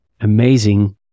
amazing